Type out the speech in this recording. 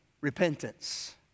repentance